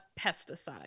pesticide